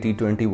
T20